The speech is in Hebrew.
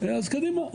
אז קדימה,